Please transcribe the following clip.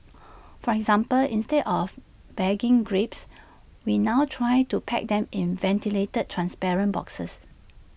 for example instead of bagging grapes we now try to pack them in ventilated transparent boxes